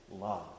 love